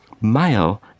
Male